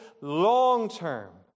long-term